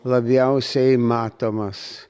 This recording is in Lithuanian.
labiausiai matomas